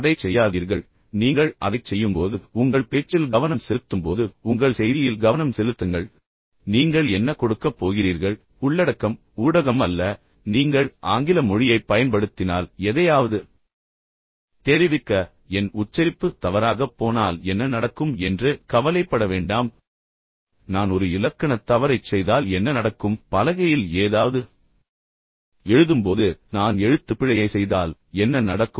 எனவே அதைச் செய்யாதீர்கள் நீங்கள் அதைச் செய்யும்போது உங்கள் பேச்சில் கவனம் செலுத்தும்போது உங்கள் செய்தியில் கவனம் செலுத்துங்கள் நீங்கள் என்ன கொடுக்கப் போகிறீர்கள் உள்ளடக்கம் ஊடகம் அல்ல நீங்கள் ஆங்கில மொழியைப் பயன்படுத்தினால் எதையாவது தெரிவிக்க என் உச்சரிப்பு தவறாகப் போனால் என்ன நடக்கும் என்று கவலைப்பட வேண்டாம் நான் ஒரு இலக்கணத் தவறைச் செய்தால் என்ன நடக்கும் பலகையில் ஏதாவது எழுதும்போது நான் எழுத்துப்பிழையைச் செய்தால் என்ன நடக்கும்